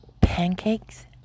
pancakes